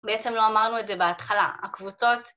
בעצם לא אמרנו את זה בהתחלה, הקבוצות.